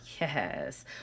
Yes